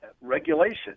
regulation